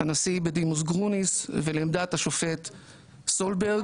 הנשיא בדימוס גרוניס ולעמדת השופט סולברג.